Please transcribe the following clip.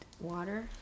water